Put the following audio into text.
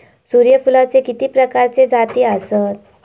सूर्यफूलाचे किती प्रकारचे जाती आसत?